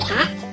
Cat